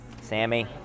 Sammy